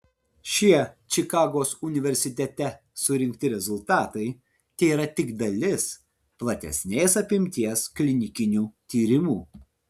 šie čikagos universitete surinkti rezultatai tėra tik dalis platesnės apimties klinikinių tyrimų